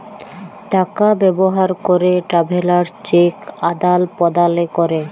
টাকা ব্যবহার ক্যরে ট্রাভেলার্স চেক আদাল প্রদালে ক্যরে